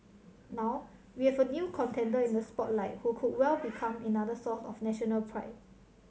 now we have a new contender in the spotlight who could well become another source of national pride